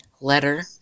letter